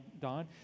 Don